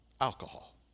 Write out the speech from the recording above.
alcohol